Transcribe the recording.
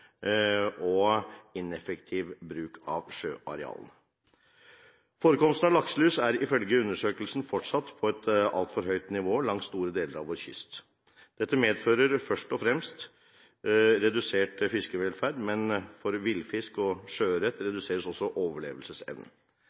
og ineffektiv bruk av sjøarealene. Forekomsten av lakselus er ifølge undersøkelsen fortsatt på et altfor høyt nivå langs store deler av vår kyst. Dette medfører først og fremst redusert fiskevelferd, men for villfisk og sjøørret reduseres også overlevelsesevnen.